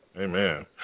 Amen